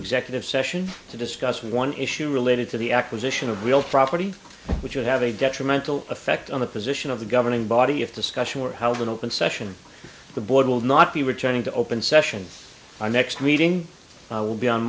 executive session to discuss one issue related to the acquisition of real property which would have a detrimental effect on the position of the governing body if discussion were held in open session the board will not be returning to open session our next meeting will be on